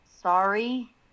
Sorry